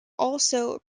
also